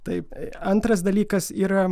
taip antras dalykas yra